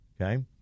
Okay